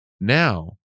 Now